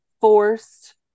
forced